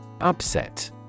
Upset